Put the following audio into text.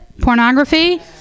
Pornography